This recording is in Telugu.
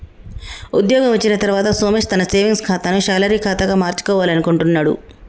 ఉద్యోగం వచ్చిన తర్వాత సోమేష్ తన సేవింగ్స్ ఖాతాను శాలరీ ఖాతాగా మార్చుకోవాలనుకుంటున్నడు